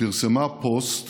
פרסמה פוסט